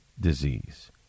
disease